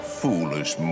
foolish